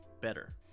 better